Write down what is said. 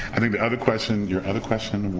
i think the other question. you're other question was?